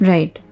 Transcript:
Right